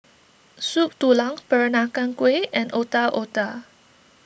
Soup Tulang Peranakan Kueh and Otak Otak